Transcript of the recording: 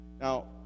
Now